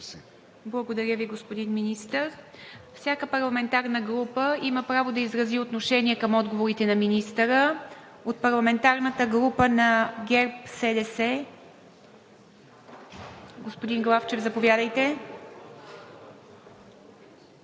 Благодаря Ви, господин Министър. Всяка парламентарна група има право да изрази отношение към отговорите на министъра. От парламентарната група на ГЕРБ-СДС – господин Главчев, заповядайте.